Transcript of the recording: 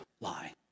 lie